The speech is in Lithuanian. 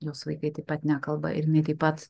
jos vaikai taip pat nekalba ir jinai taip pat